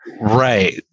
Right